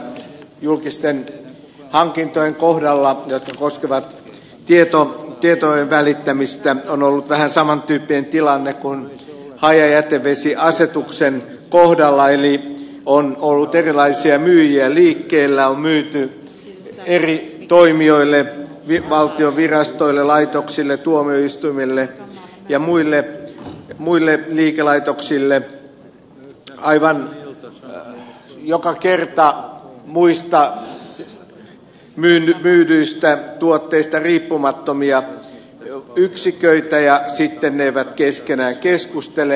tässä julkisten hankintojen kohdalla jotka koskevat tietojen välittämistä on ollut vähän samantyyppinen tilanne kuin hajajätevesiasetuksen kohdalla eli on ollut erilaisia myyjiä liikkeellä on myyty eri toimijoille valtion virastoille laitoksille tuomioistuimille ja muille liikelaitoksille aivan joka kerta muista myydyistä tuotteista riippumattomia yksiköitä ja sitten ne eivät keskenään keskustele